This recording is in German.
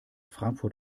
frankfurt